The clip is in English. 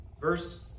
Verse